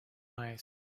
eyes